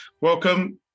welcome